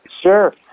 Sure